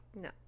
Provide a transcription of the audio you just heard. No